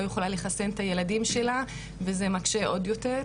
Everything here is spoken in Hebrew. לא יכולה לחסן את הילדים שלה וזה מקשה עוד יותר.